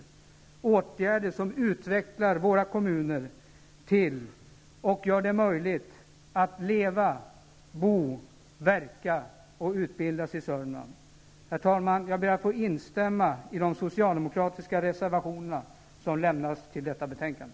Det är åtgärder som utvecklar våra kommuner och gör det möjligt att leva, bo, verka och utbilda sig i Herr talman! Jag ber att få instämma i de socialdemokratiska reservationerna som lämnats till detta betänkande.